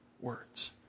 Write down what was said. words